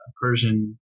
Persian